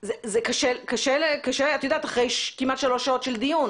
אז זה קשה אחרי כמעט שלוש שעות של דיון.